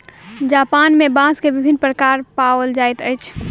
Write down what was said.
Japan में बांस के विभिन्न प्रकार पाओल जाइत अछि